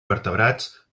vertebrats